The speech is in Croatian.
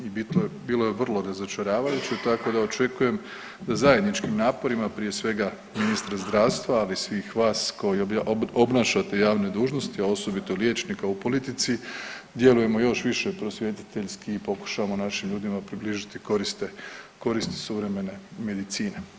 I bilo je vrlo razočaravajuće, tako da očekujem da zajedničkim naporima prije svega ministra zdravstva ali i svih vas koji obnašate javne dužnosti, a osobito liječnika u politici djelujemo još više prosvjetiteljski i pokušamo našim ljudima približiti koristi suvremene medicine.